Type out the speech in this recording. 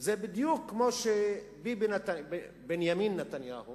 זה בדיוק כמו שבנימין נתניהו